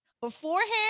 beforehand